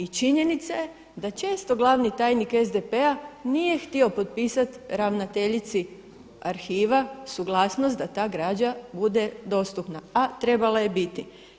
I činjenica je da često glavni tajnik SDP-a nije htio potpisat ravnateljici Arhiva suglasnost da ta građa bude dostupna, a trebala je biti.